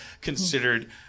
considered